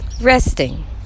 resting